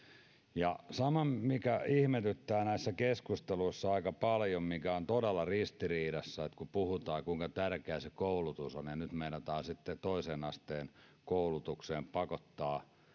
mikä ihmetyttää näissä keskusteluissa aika paljon ja mikä on todella ristiriitaista on se kun puhutaan kuinka tärkeää se koulutus on ja nyt sitten meinataan pakottaa toisen asteen koulutukseen